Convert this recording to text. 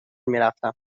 میرفتم